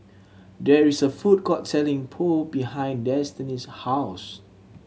there is a food court selling Pho behind Destini's house